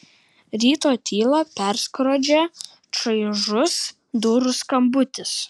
ryto tylą perskrodžia čaižus durų skambutis